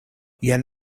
jen